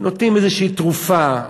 נותנים איזושהי תרופה,